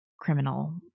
criminal